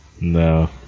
No